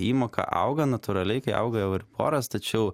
įmoka auga natūraliai kai auga euriboras tačiau